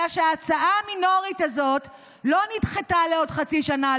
אלא שההצעה המינורית הזאת לא נדחתה לעוד חצי שנה,